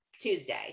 Tuesday